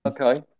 Okay